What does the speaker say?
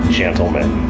gentlemen